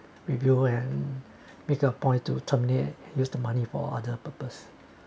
review and make a point to terminate use the money for other purpose